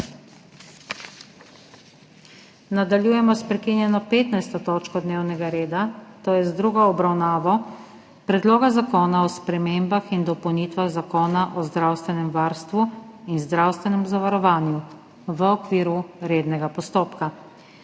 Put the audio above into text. Nadaljujemo s prekinjeno 15. točko dnevnega reda, to je z drugo obravnavo Predloga zakona o spremembah in dopolnitvah Zakona o zdravstvenem varstvu in zdravstvenem zavarovanju v okviru rednega postopka.